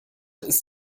ist